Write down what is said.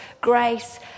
grace